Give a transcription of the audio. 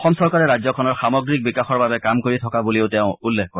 অসম চৰকাৰে ৰাজ্যখনৰ সামগ্ৰিক বিকাশৰ বাবে কাম কৰি থকা বুলিও তেওঁ উল্লেখ কৰে